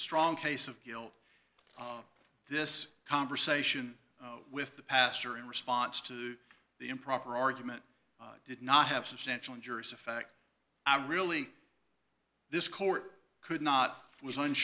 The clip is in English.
strong case of guilt this conversation with the pastor in response to the improper argument did not have substantial injuries effect i really this court could not